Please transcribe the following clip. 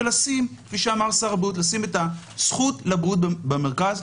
לשים את הזכות לבריאות במרכז.